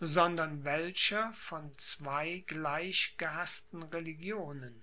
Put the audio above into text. sondern welcher von zwei gleich gehaßten religionen